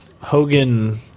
Hogan